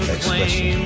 Expression